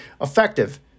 effective